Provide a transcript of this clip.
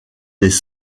des